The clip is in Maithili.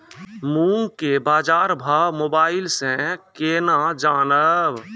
मूंग के बाजार भाव मोबाइल से के ना जान ब?